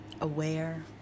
aware